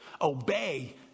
obey